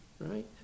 Right